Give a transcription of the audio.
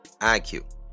iq